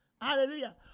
hallelujah